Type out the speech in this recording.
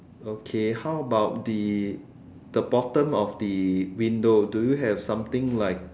okay how about the the bottom of the window do you have something like